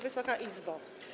Wysoka Izbo!